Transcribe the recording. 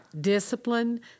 Discipline